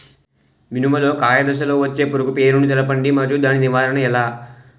మినుము లో కాయ దశలో వచ్చే పురుగు పేరును తెలపండి? మరియు దాని నివారణ ఎలా?